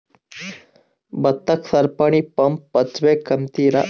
ಭತ್ತಕ್ಕ ಸರಪಣಿ ಪಂಪ್ ಹಚ್ಚಬೇಕ್ ಅಂತಿರಾ?